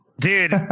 Dude